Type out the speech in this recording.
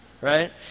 right